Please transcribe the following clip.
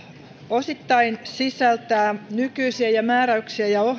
osittain sisältää nykyisiä määräyksiä ja